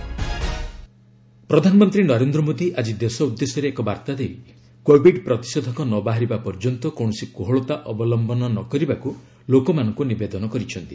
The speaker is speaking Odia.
ପିଏମ୍ ଆର୍ଡେସ୍ ପ୍ରଧାନମନ୍ତ୍ରୀ ନରେନ୍ଦ୍ର ମୋଦୀ ଆଜି ଦେଶ ଉଦ୍ଦେଶ୍ୟରେ ଏକ ବାର୍ତ୍ତା ଦେଇ କୋବିଡ୍ ପ୍ରତିଷେଧକ ନ ବାହାରିବା ପର୍ଯ୍ୟନ୍ତ କୌଣସି କୋହଳତା ଅବଲମ୍ଘନ ନ କରିବାକୁ ଲୋକମାନଙ୍କୁ ନିବେଦନ କରିଛନ୍ତି